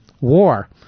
war